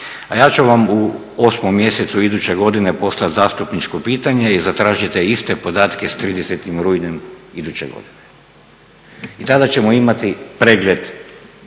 a ja ću vam u 8. mjesecu iduće godine poslat zastupničko pitanje i zatražiti te iste podatke s 30. rujnom iduće godine i tada ćemo imati pregled